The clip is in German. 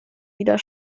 wieder